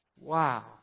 wow